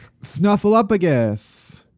snuffleupagus